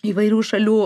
įvairių šalių